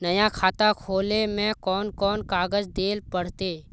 नया खाता खोले में कौन कौन कागज देल पड़ते?